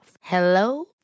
Hello